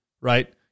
right